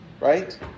right